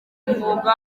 umwuga